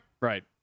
Right